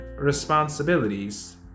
responsibilities